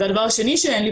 והדבר השני שאין לי,